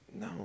No